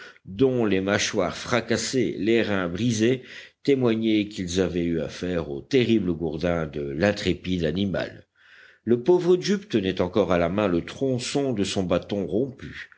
dont les mâchoires fracassées les reins brisés témoignaient qu'ils avaient eu affaire au terrible gourdin de l'intrépide animal le pauvre jup tenait encore à la main le tronçon de son bâton rompu